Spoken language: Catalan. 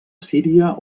síria